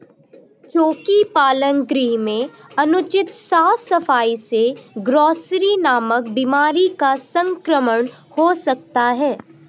चोकी पालन गृह में अनुचित साफ सफाई से ग्रॉसरी नामक बीमारी का संक्रमण हो सकता है